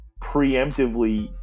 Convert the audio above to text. preemptively